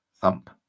thump